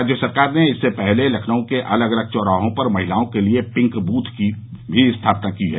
राज्य सरकार ने इससे पहले लखनऊ के अलग अलग चौराहों पर महिलाओं के लिए पिंक ब्थ भी बनाए है